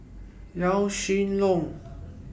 Yaw Shin Leong